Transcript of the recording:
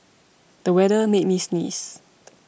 the weather made me sneeze